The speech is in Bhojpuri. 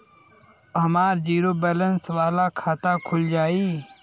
हमार जीरो बैलेंस वाला खाता खुल जाई?